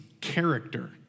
character